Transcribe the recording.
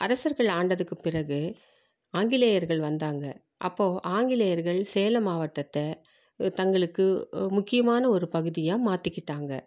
அரசர்கள் ஆண்டதுக்கு பிறகு ஆங்கிலேயர்கள் வந்தாங்க அப்போ ஆங்கிலேயர்கள் சேலம் மாவட்டத்தை தங்களுக்கு முக்கியமான ஒரு பகுதியாக மாற்றிக்கிட்டாங்க